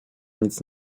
nic